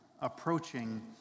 approaching